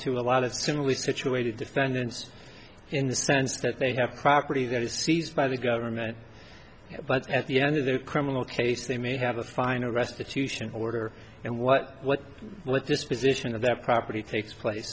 to a lot of similarly situated defendants in the sense that they have property that is seized by the government but at the end of the criminal case they may have a fine or restitution order and what what disposition of their property takes place